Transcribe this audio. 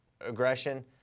aggression